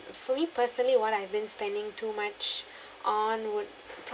for me personally what I've been spending too much on would